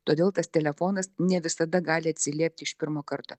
todėl tas telefonas ne visada gali atsiliepti iš pirmo karto